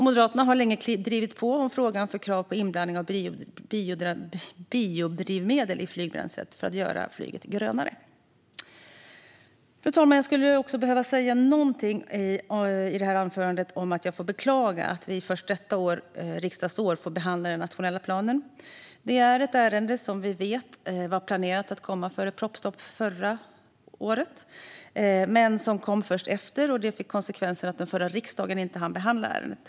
Moderaterna har länge drivit på i frågan om krav på inblandning av biodrivmedel i flygbränslet för att göra flyget grönare. Fru talman! Jag skulle också behöva säga någonting i detta anförande om att jag beklagar att vi först detta riksdagsår får behandla den nationella planen. Detta är ett ärende som vi vet var planerat att komma före propositionsstoppet förra året. Det kom dock först därefter, vilket fick konsekvensen att den förra riksdagen inte hann behandla ärendet.